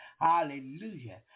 Hallelujah